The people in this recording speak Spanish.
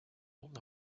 una